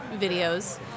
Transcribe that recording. videos